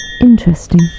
Interesting